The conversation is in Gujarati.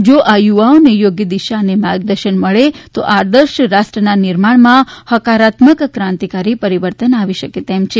જો આ યુવાઓને યોગ્ય દિશા અને માર્ગદર્શન મળે તો આદર્શ રાષ્ટ્રના નિર્માણમાં હકારાત્મક ક્રાંતિકારી પરિવર્તન આવી શકે તેમ છે